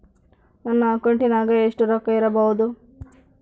ನನ್ನ ಅಕೌಂಟಿನಾಗ ಎಷ್ಟು ರೊಕ್ಕ ಇಡಬಹುದು?